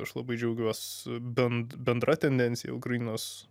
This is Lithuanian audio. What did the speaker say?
aš labai džiaugiuos ben bendra tendencija ukrainos